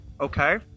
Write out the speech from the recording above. Okay